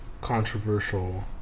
controversial